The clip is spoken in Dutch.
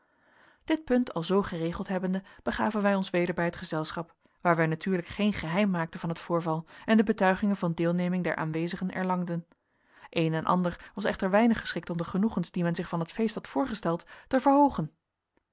dit punt alzoo geregeld hebbende begaven wij ons weder bij het gezelschap waar wij natuurlijk geen geheim maakten van het voorval en de betuigingen van deelneming der aanwezigen erlangden een en ander was echter weinig geschikt om de genoegens die men zich van het feest had voorgesteld te verhoogen